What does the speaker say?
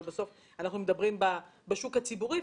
בסוף אנחנו מדברים בשוק הציבורי.